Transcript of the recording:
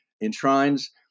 enshrines